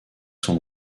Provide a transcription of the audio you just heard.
son